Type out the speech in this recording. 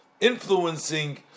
influencing